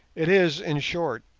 it is, in short,